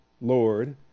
Lord